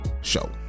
show